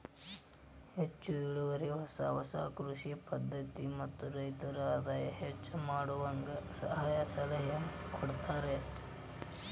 ಹೆಚ್ಚು ಇಳುವರಿ ಹೊಸ ಹೊಸ ಕೃಷಿ ಪದ್ಧತಿ ಮತ್ತ ರೈತರ ಆದಾಯ ಹೆಚ್ಚ ಮಾಡುವಂಗ ಸಹಾಯ ಸಲಹೆ ಕೊಡತಾರ